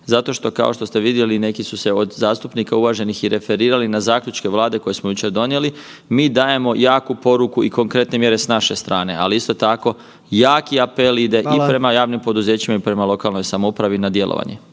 zato kao što ste vidjeli neki su se od zastupnika uvaženih i referirali i na zaključke Vlade koje smo jučer donijeli, mi dajemo jaku poruku i konkretne mjere s naše strane. Ali isto tako jaki apel ide i prema javnim poduzećima i prema lokalnoj samoupravi na djelovanje.